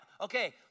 okay